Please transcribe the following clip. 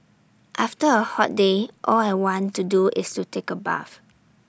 after A hot day all I want to do is to take A bath